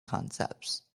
concepts